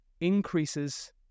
increases